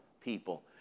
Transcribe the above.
people